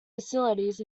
facilities